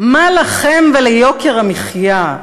מה לכם וליוקר המחיה?